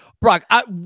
Brock